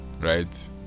right